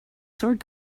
sword